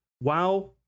WoW